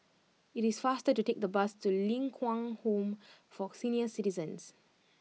it is faster to take the bus to Ling Kwang Home for Senior Citizens